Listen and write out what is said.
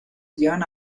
llevan